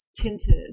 tinted